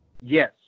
Yes